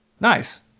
Nice